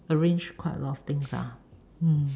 arrange quite a lot of things lah mm